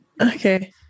okay